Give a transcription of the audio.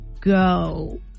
go